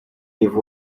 live